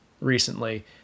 recently